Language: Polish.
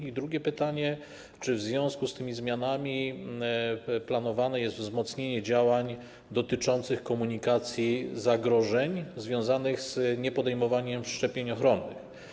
I drugie pytanie: Czy w związku z tymi zmianami planowane jest wzmocnienie działań dotyczących komunikowania o zagrożeniach związanych z nieprzyjmowaniem szczepień ochronnych?